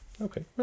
Okay